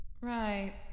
Right